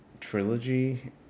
trilogy